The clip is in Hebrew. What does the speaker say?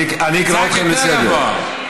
אני אקרא אתכם לסדר.